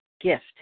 gift